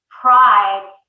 pride